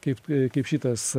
kaip kaip šitas